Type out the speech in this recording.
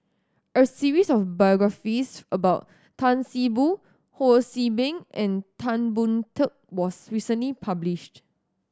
a series of biographies about Tan See Boo Ho See Beng and Tan Boon Teik was recently published